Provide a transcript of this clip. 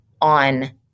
on